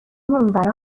اونورا